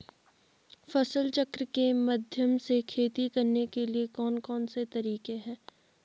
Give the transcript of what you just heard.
फसल चक्र के माध्यम से खेती करने के लिए कौन कौन से तरीके हैं?